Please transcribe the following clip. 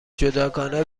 جداگانه